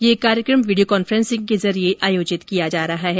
यह कार्यक्रम video conferencing के जरिये आयोजित किया जा रहा है